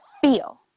feel